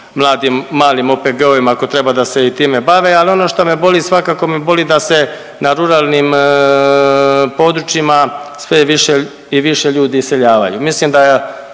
mladim, malim OPG-ovim ako treba da se i time bave. Ali ono što me boli svakako me boli da se na ruralnim područjima sve više i više ljudi iseljavaju.